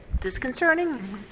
disconcerting